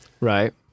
Right